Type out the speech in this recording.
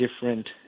different